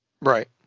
Right